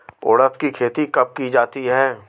उड़द की खेती कब की जाती है?